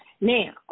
Now